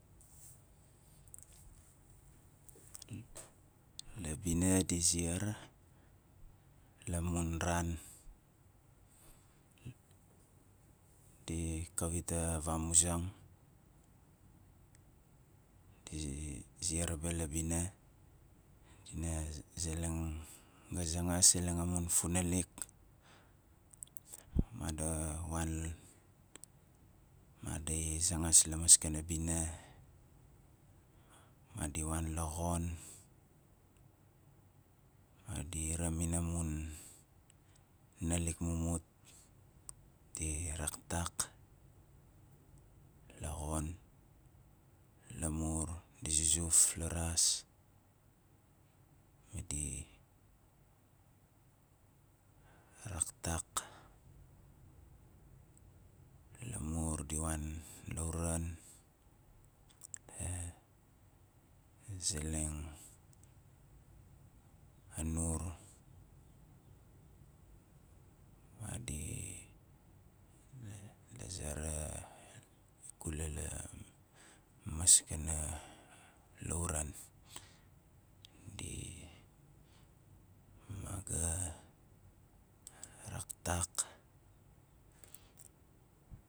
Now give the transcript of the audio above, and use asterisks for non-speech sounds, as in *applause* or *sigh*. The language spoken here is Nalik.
La bina di ziar la mun ran di kawita vamuzang di *hesitation* ziar be la bina dina zeleng a sangas seleng amun funalik made wan madi zangas la maskana bina madi wan la xon madi ramin amun nalik mumut di raktak la xon lamur di zuzuf la raas madi raktak lamur di wan lauren *hesitation* zeleng a nur madi la zera ikula maskana lauran di ma ga raktak